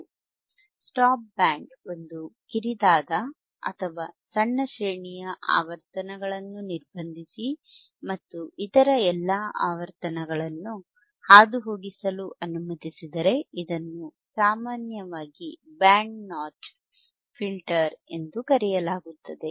"stop band" ಒಂದು ಕಿರಿದಾದ ಅಥವಾ ಸಣ್ಣ ಶ್ರೇಣಿಯ ಆವರ್ತನಗಳನ್ನು ನಿರ್ಬಂಧಿಸಿ ಮತ್ತು ಇತರ ಎಲ್ಲ ಆವರ್ತನಗಳನ್ನು ಹಾದುಹೋಗಿಸಲು ಅನುಮತಿಸಿದರೆ ಇದನ್ನು ಸಾಮಾನ್ಯವಾಗಿ "band notch filter notch filter" ಎಂದು ಕರೆಯಲಾಗುತ್ತದೆ